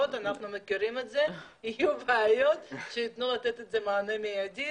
ואנחנו מכירים את זה - ושידעו לתת מענה מיידי.